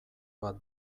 bat